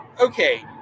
Okay